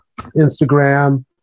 Instagram